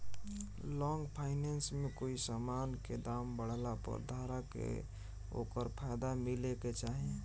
long finance में कोई समान के दाम बढ़ला पर धारक के ओकर फायदा मिले के चाही